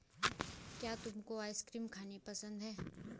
क्या तुमको आइसक्रीम खानी पसंद है?